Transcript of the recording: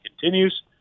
continues